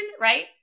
Right